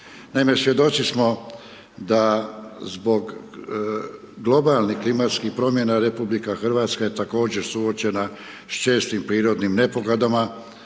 svjedoci smo da zbog globalnih klimatskih promjena RH je također suočena s čestim prirodnim nepogodama,